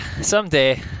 someday